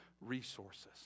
resources